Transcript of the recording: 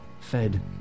fed